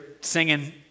singing